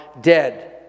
dead